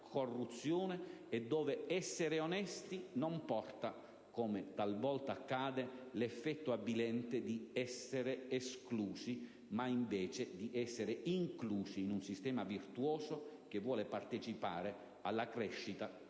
corruzione, e dove essere onesti non porta - come talvolta accade - l'effetto avvilente di essere esclusi, ma di essere inclusi in un sistema virtuoso, che vuole partecipare della crescita